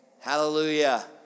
hallelujah